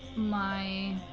my